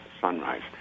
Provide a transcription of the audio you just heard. sunrise